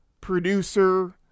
producer